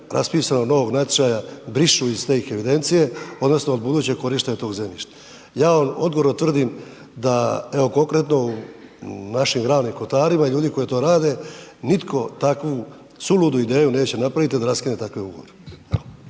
raspisanog novog natječaja brišu iz te evidencije odnosno od budućeg korištenja tog zemljišta. Ja vam odgovorno tvrdim da, evo, konkretno u našim Ravnim kotarima ljudi koji to rade, nitko takvu suludu ideju neće napraviti da raskine takve ugovore.